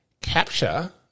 capture